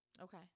Okay